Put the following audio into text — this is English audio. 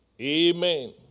Amen